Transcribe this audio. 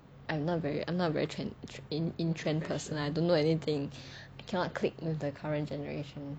I'm not very I'm not very trend in in trend person I don't know anything I cannot click with the current generation